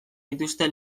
dituzte